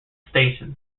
stations